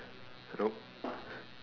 hello